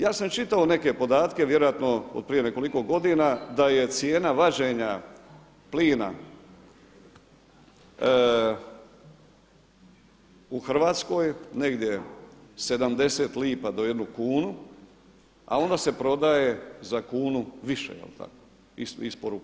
Ja sam čitao neke podatke vjerojatno od prije nekoliko godina, da je cijena vađenja plina u Hrvatskoj negdje 70 lipa do jednu kunu, a onda se prodaje za kunu više, isporuka.